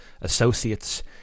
associates